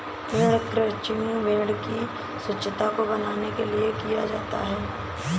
भेड़ क्रंचिंग भेड़ की स्वच्छता को बनाने के लिए किया जाता है